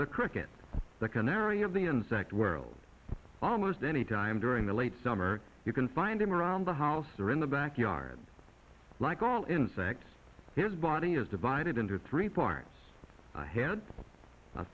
the cricket the canary of the insect world almost any time during the late summer you can find him around the house or in the backyard like all insects his body is divided into three parts i had